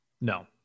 No